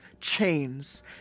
chains